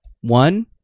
one